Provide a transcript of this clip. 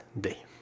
day